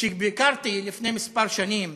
כשביקרתי לפני כמה שנים